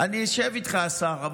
אני אשב איתך, השר.